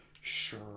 Sure